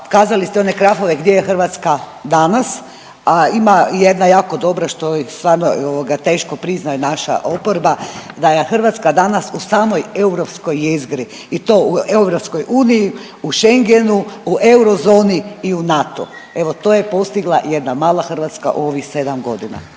pokazali ste one grafove gdje je Hrvatske danas, a ima jedna jako dobra što ih stvarno ovoga teško priznaje naša oporba da je Hrvatska danas u samoj europskoj jezgri i to u EU, u Schengenu, u eurozoni i u NATO-u, evo to je postigla jedna mala Hrvatska u ovih 7.g., hvala.